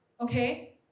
Okay